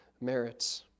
merits